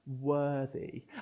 worthy